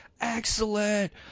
excellent